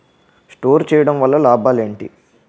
Store చేయడం వల్ల లాభాలు ఏంటి?